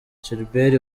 gilbert